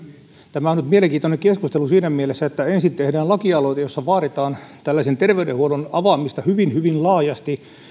tämä on nyt mielenkiintoinen keskustelu siinä mielessä että ensin tehdään lakialoite jossa vaaditaan terveydenhuollon avaamista hyvin hyvin laajasti